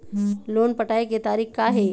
Loan पटाए के तारीख़ का हे?